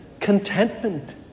contentment